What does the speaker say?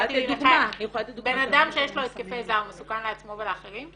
ששמעתי --- בנאדם שיש לו התקפי זעם מסוכן לעצמו ולאחרים?